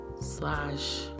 slash